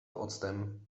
octem